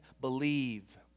believe